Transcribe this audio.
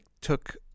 took